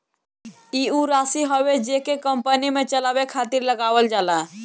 ई ऊ राशी हवे जेके कंपनी के चलावे खातिर लगावल जाला